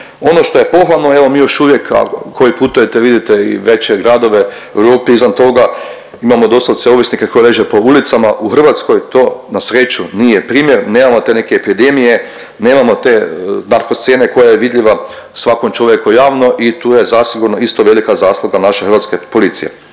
Ono što je pohvalno, evo mi još uvijek koji putujete vidite i veće gradove u Europi i izvan toga, imamo doslovne ovisnike koji leže po ulicama. U Hrvatskoj to na sreću nije primjer, nemamo te neke epidemije, nemamo te narko scene koja je vidljiva svakom čovjeku javno i tu je zasigurno isto velika zasluga naše Hrvatske policije.